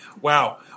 Wow